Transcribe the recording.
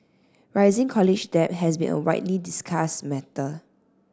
rising college debt has been a widely discussed matter